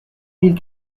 mille